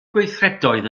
gweithredoedd